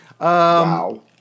Wow